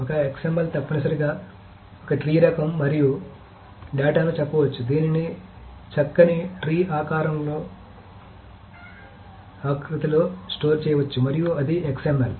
ఒక XML తప్పనిసరిగా ఒక ట్రీ రకం మరియు డేటాను చెప్పవచ్చు దీనిని చక్కని ట్రీ రకం ఆకృతిలో స్టోరేజ్ చేయవచ్చు మరియు అది XML